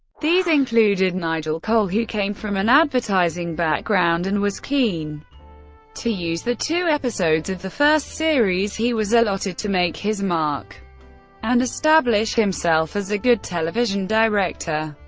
these included nigel cole, who came from an advertising background and was keen to use the two episodes of the first series he was allotted to make his mark and establish himself as a good television director.